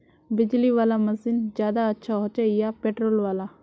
बिजली वाला मशीन ज्यादा अच्छा होचे या पेट्रोल वाला?